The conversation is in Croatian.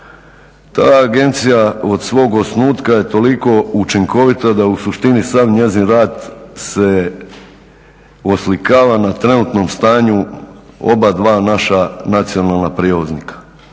Ta agencija od svog osnutka je toliko učinkovita da u suštini sav njezin rad se oslikava na trenutnom stanju oba dva naša nacionalna prijevoznika.